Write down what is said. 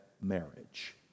marriage